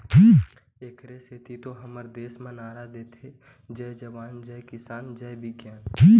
एखरे सेती तो हमर देस म नारा देथे जय जवान, जय किसान, जय बिग्यान